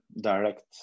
direct